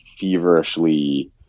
feverishly